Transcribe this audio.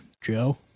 Joe